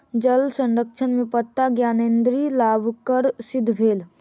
जल संरक्षण में पत्ता ज्ञानेंद्री लाभकर सिद्ध भेल